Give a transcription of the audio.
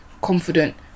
confident